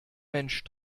mensch